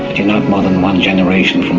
you're not more than one generation from